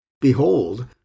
behold